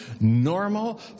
normal